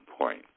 point